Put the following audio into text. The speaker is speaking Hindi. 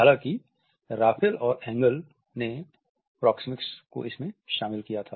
हालाँकि राफेल और एंगल ने प्रोक्सेमिक्स को इसमें शामिल किया था